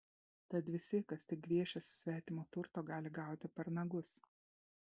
tad visi kas tik gviešiasi svetimo turto gali gauti per nagus